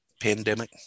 pandemic